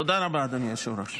תודה רבה, אדוני היושב-ראש.